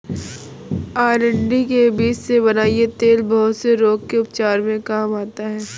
अरंडी के बीज से बना यह तेल बहुत से रोग के उपचार में काम आता है